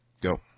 Go